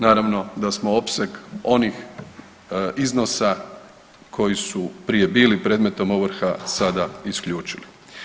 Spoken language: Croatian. Naravno da smo opseg onih iznosa koji su prije bili predmetom ovrha sada isključili.